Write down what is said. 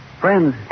Friends